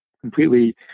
completely